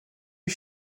les